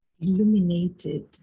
illuminated